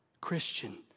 Christian